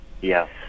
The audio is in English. Yes